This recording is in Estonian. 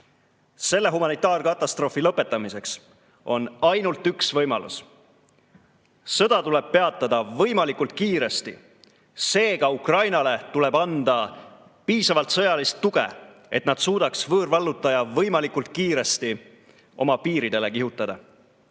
Selle humanitaarkatastroofi lõpetamiseks on ainult üks võimalus: sõda tuleb peatada võimalikult kiiresti. Seega, Ukrainale tuleb anda piisavalt sõjalist tuge, et nad suudaks võõrvallutaja võimalikult kiiresti oma piiridele kihutada.